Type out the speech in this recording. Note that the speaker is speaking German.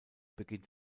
beginnt